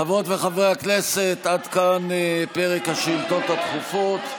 חברות וחברי הכנסת, עד כאן פרק השאילתות הדחופות.